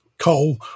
coal